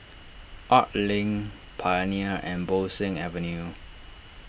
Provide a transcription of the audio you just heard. Arts Link Pioneer and Bo Seng Avenue